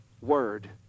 word